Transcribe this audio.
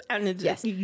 yes